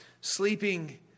sleeping